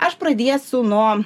aš pradėsiu nuo